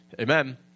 Amen